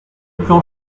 plan